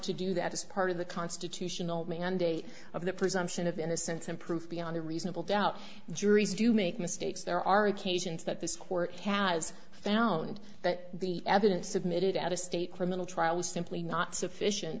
to do that as part of the constitutional mandate of the presumption of innocence and proof beyond a reasonable doubt juries do make mistakes there are occasions that this court has found that the evidence submitted at a state criminal trial is simply not sufficient